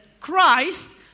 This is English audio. Christ